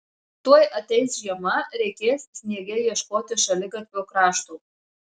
tuoj ateis žiema reikės sniege ieškoti šaligatvio krašto